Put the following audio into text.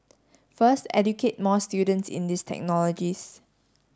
first educate more students in these technologies